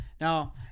Now